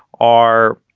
are,